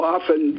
Often